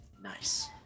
Nice